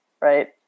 right